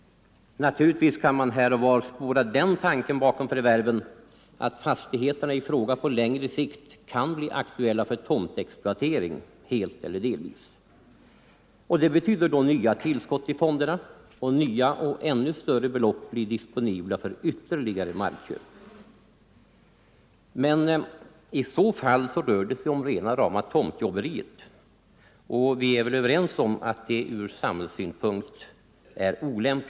Naturligtvis kan man här och var spåra den tanken bakom förvärven att fastigheterna i fråga på längre sikt kan bli aktuella för tomtexploatering helt eller delvis. Det betyder nya tillskott till fonderna. Nya och ännu större belopp blir disponibla för ytterligare markköp. Men, i så fall rör det sig om rena rama tomtjobberiet, och vi är väl överens om att detta från samhällssynpunkt är olämpligt.